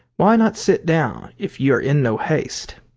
why not sit down if you are in no haste?